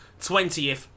20th